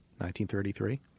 1933